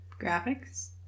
Graphics